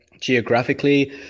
geographically